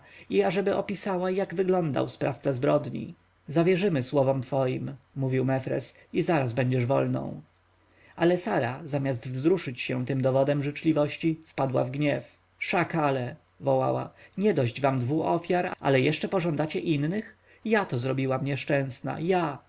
i ażeby opisała jak wyglądał sprawca zbrodni zawierzymy słowom twoim mówił mefres i zaraz będziesz wolną ale sara zamiast wzruszyć się tym dowodem życzliwości wpadła w gniew szakale wołała niedość wam dwu ofiar że jeszcze pożądacie nowych ja to zrobiłam nieszczęsna ja